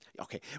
Okay